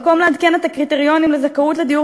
במקום לעדכן את הקריטריונים לזכאות לדיור